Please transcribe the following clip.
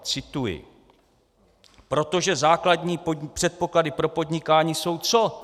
Cituji: Protože základní předpoklady pro podnikání jsou co?